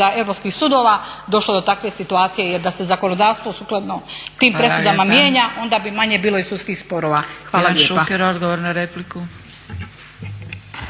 europskih sudova došlo do takve situacije. Jer da se zakonodavstvo sukladno tim presudama mijenja onda bi manje bilo i sudskih sporova. Hvala vam lijepa.